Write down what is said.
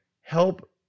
help